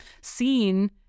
seen